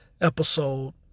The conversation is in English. episode